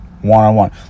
one-on-one